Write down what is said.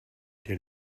der